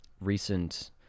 recent